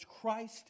Christ